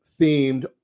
themed